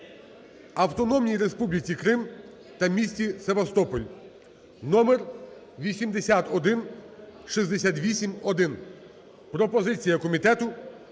Автономній Республіці Крим та місті Севастополь (№8168-1). Пропозиція комітету